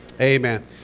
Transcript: Amen